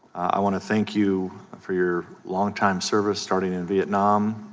thank you for your long-term service starting in vietnam,